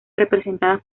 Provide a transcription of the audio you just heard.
representadas